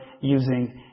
using